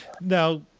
Now